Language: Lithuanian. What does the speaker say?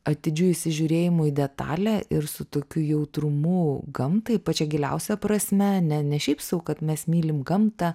atidžiu įsižiūrėjimu į detalę ir su tokiu jautrumu gamtai pačia giliausia prasme ne ne šiaip sau kad mes mylim gamtą